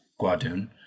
Guadun